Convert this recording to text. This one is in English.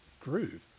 groove